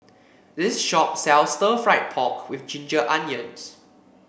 this shop sells Stir Fried Pork with Ginger Onions